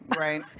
Right